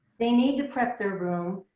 they need to prep their room.